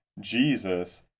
Jesus